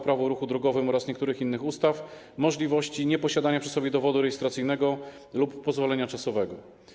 Prawo o ruchu drogowym oraz niektórych innych ustaw możliwości nieposiadania przy sobie dowodu rejestracyjnego lub pozwolenia czasowego.